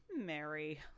Mary